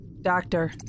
Doctor